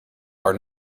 are